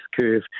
curve